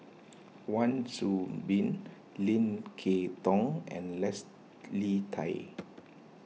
Wan Soon Bee Lim Kay Tong and Leslie Tay